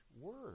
word